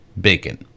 bacon